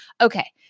Okay